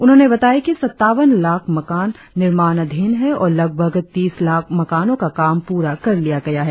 उन्होंने बताया कि सत्तावन लाख मकान निर्माणाधीन है और लगभग तीस लाख मकानों का काम पूरा कर लिया गया है